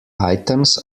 items